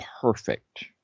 perfect